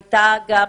הייתה גם